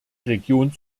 region